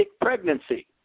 pregnancy